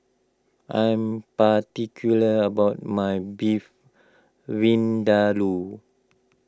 I am particular about my Beef Vindaloo